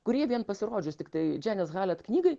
kurie vien pasirodžius tiktai džianes halet knygai